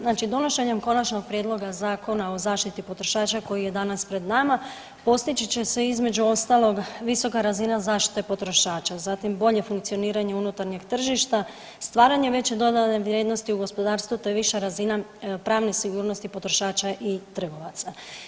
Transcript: Znači donošenjem Konačnog prijedloga zakona o zaštiti potrošača koji je danas pred nama postići će se između ostalog visoka razina zaštite potrošača, zatim bolje funkcioniranje unutarnjeg tržišta, stvaranje veće dodane vrijednosti u gospodarstvu, te viša razina pravne sigurnosti potrošača i trgovaca.